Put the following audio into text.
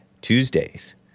Tuesdays